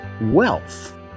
wealth